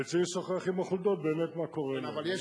וצריך לשוחח עם החולדות באמת מה קורה ודאי,